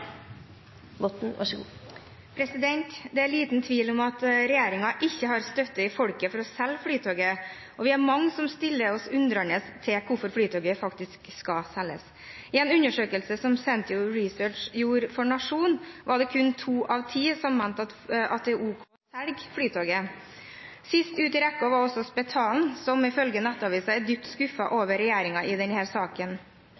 Det er liten tvil om at regjeringen ikke har støtte i folket for å selge Flytoget, og vi er mange som stiller oss undrende til hvorfor Flytoget skal selges. En undersøkelse som Sentio Research gjorde for Nationen, viser at kun to av ti mener at det er lurt å selge Flytoget. Sist ut i rekken var Spetalen, som ifølge Nettavisen er «dypt skuffet» over regjeringen i denne saken.